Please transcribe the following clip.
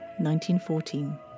1914